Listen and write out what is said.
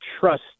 trust